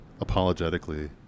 apologetically